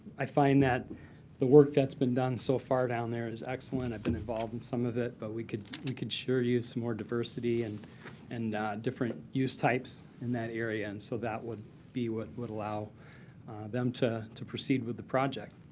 i find that the work that's been done so far down there is excellent. i've been involved in some of it, but we could we could sure use more diversity and and different use types in that area. and so that would be what would allow them to to proceed with the project.